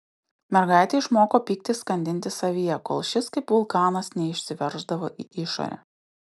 mergaitė išmoko pyktį skandinti savyje kol šis kaip vulkanas neišsiverždavo į išorę